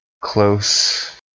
close